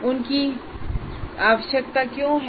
उनकी आवश्यकता क्यों है